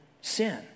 sin